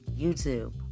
YouTube